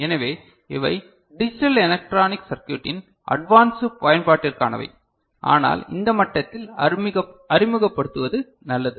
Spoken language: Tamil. எனவே இவை டிஜிட்டல் எலக்ட்ரானிக் சர்க்யூட்டின் அட்வான்ஸ்ட் பயன்பாட்டிற்கானவை ஆனால் இந்த மட்டத்தில் அறிமுகப்படுத்தப்படுவது நல்லது